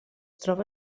troba